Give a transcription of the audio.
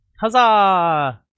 Huzzah